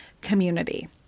Community